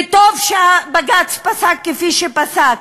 וטוב שבג"ץ פסק כפי שפסק,